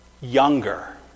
younger